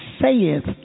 saith